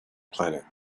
planet